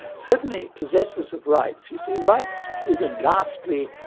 certainly possessors of rights, you see rights is a nasty,